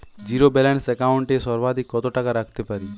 Zero balance account এ সর্বাধিক কত টাকা রাখতে পারি?